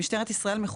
במשטרת ישראל,